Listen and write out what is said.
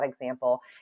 example